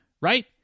right